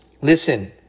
Listen